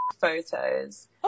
photos